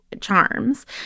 charms